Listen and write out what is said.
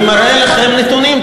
אני מראה לכם נתונים,